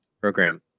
program